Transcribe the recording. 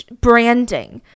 branding